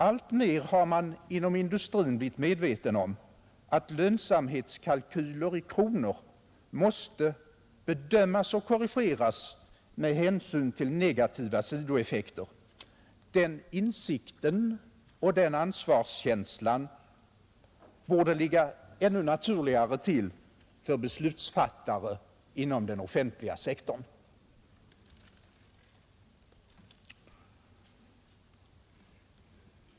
Allt mer har man inom industrin blivit medveten om att lönsamhetskalkyler i kronor måste bedömas och korrigeras med hänsyn till negativa sidoeffekter. Den insikten och den ansvarskänslan borde ligga ännu naturligare till för beslutsfattare inom den offentliga sektorn.